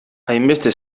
hainbeste